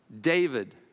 David